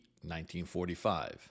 1945